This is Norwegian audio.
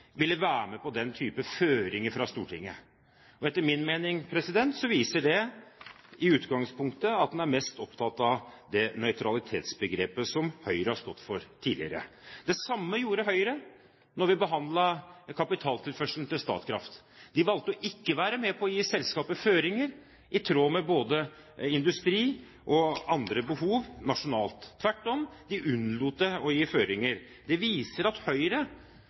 ville være med på den type føringer fra Stortinget. Og etter min mening viser det i utgangspunktet at en er mest opptatt av det nøytralitetsbegrepet som Høyre har stått for tidligere. Det samme gjorde Høyre da vi behandlet kapitaltilførselen til Statkraft. De valgte ikke å være med på å gi selskapet føringer i tråd med både industri og andre behov nasjonalt. Tvert om, de unnlot å gi føringer. Det viser at Høyre